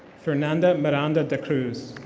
fernanda miranda de cruz.